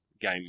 game